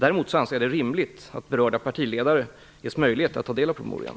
Däremot anser jag det rimligt att berörda partiledare ges möjlighet att ta del av promemorian.